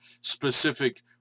specific